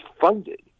funded